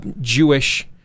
Jewish